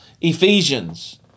Ephesians